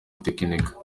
itekinika